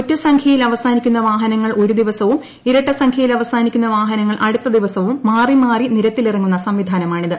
ഒറ്റ സംഖ്യയിൽ അവസാനിക്കുന്ന വാഹനങ്ങൾ ഒരു ദിവസവും ഇരട്ട സംഖ്യയിൽ അവസാനിക്കുന്ന വാഹനങ്ങൾ അടുത്ത ദിവസവും മാറി മാറി നിരത്തിലിറങ്ങുന്ന സംവിധാനമാണിത്